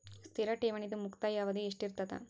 ಸ್ಥಿರ ಠೇವಣಿದು ಮುಕ್ತಾಯ ಅವಧಿ ಎಷ್ಟಿರತದ?